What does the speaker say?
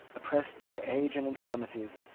oppressed by age and infirmities,